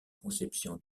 conceptions